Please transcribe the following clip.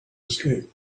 escape